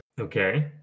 okay